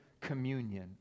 communion